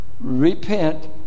Repent